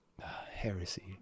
Heresy